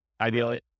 ideally